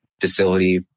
facility